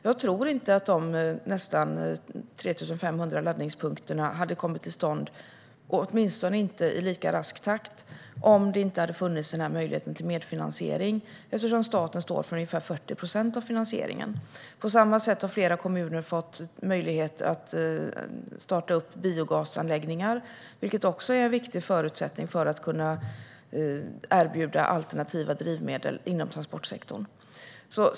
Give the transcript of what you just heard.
Jag tror inte att de laddningspunkterna hade kommit till stånd, åtminstone inte i lika rask takt, om inte den här möjligheten till medfinansiering hade funnits; staten står för ungefär 40 procent av finansieringen. På samma sätt har flera kommuner fått möjlighet att starta biogasanläggningar, vilket också är en viktig förutsättning för att kunna erbjuda alternativa drivmedel inom transportsektorn.